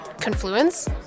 confluence